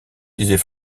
disait